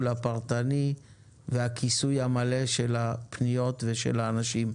הפרטני והכיסוי המלא של הפניות ושל האנשים.